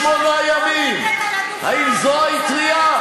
שמונה ימים, האם זו האטרייה?